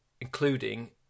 including